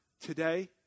today